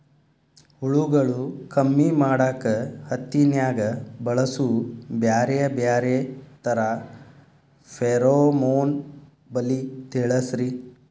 ಹುಳುಗಳು ಕಮ್ಮಿ ಮಾಡಾಕ ಹತ್ತಿನ್ಯಾಗ ಬಳಸು ಬ್ಯಾರೆ ಬ್ಯಾರೆ ತರಾ ಫೆರೋಮೋನ್ ಬಲಿ ತಿಳಸ್ರಿ